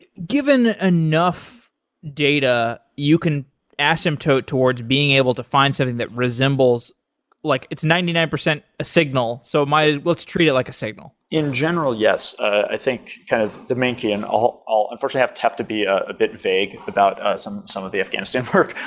given enough data, you can asymptote towards being able to find something that resembles like it's ninety nine percent a signal. so let's treat it like a signal in general, yes. i think kind of the main key in all all unfortunately, i'd have to be ah a bit vague about ah some some of the afghanistan work.